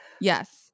Yes